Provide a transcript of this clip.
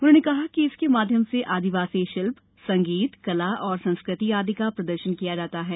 उन्होंने कहा कि इसके माध्यम से आदिवासी शिल्प संगीत कला व संस्कृति आदि का प्रदर्शन किया जाता है